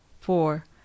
four